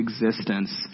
existence